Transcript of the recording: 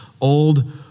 old